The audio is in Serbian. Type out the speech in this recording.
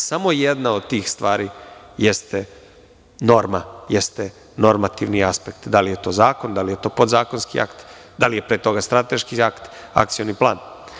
Samo jedna od tih stvari jeste norma, jeste normativni aspekt, da li je to zakon, da li je to podzakonski akt, da li je pre toga strateški akt, akcioni plan.